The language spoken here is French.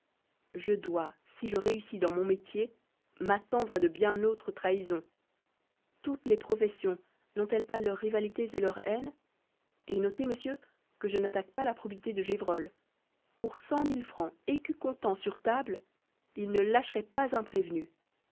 je dois si je réussis dans mon métier m'attendre à de bien autres trahisons toutes les professions n'ont-elles pas leurs rivalités et leurs haines et notez monsieur que je n'attaque pas la probité de gévrol pour cent mille francs écus comptant sur table il ne lâcherait pas un prévenu